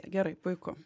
gerai puiku